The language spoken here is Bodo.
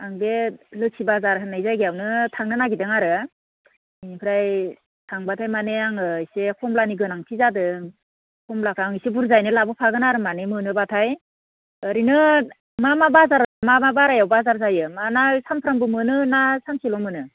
आं बे लोक्षि बाजार होननाय जायगायावनो थांनो नागिरदों आरो बेनिफ्राय थांबाथाय मानि आङो एसे खमलानि गोनांथि जादों खमलाखौ आं एसे बुरजायैनो लाबोखागोन आरो मोनोबाथाय ओरैनो मा मा बाजार मा मा बारायाव बाजार जायो मा ना सामफ्रामबो मोनो ना सानसेल' मोनो